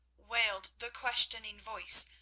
wailed the questioning voice,